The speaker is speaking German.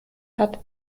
hat